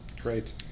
Great